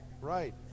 Right